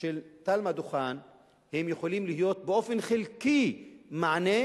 של תלמה דוכן יכולות לתת באופן חלקי מענה,